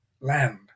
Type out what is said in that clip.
land